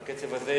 בקצב הזה,